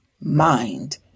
mind